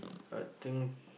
I think